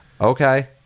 Okay